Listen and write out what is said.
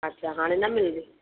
अच्छा हाणे न मिलंदी